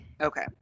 Okay